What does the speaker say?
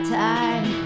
time